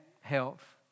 health